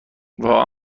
واقعا